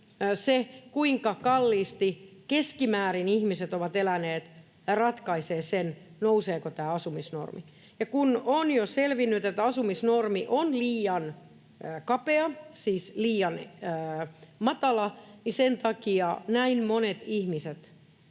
se, kuinka kalliisti keskimäärin ihmiset ovat eläneet, ratkaisee sen, nouseeko tämä asumisnormi. Kun on jo selvinnyt, että asumisnormi on liian kapea, siis liian matala, niin sen takia näin monet ihmiset